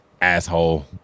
asshole